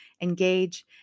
engage